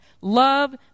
Love